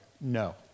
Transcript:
No